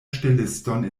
ŝteliston